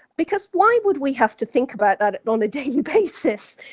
because why would we have to think about that on a daily basis?